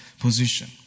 position